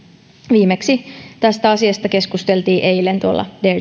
viimeksi tästä asiasta keskusteltiin eilen tuolla dare